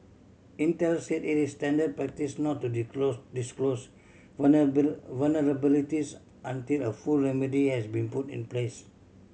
Intel said it is standard practice not to disclose vulnerabilities until a full remedy has been put in place